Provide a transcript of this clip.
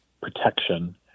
protection